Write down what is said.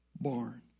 barn